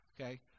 Okay